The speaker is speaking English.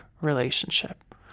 relationship